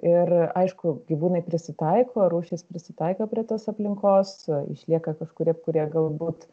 ir aišku gyvūnai prisitaiko rūšys prisitaiko prie tos aplinkos išlieka kažkurie kurie galbūt